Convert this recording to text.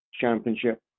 championship